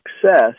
success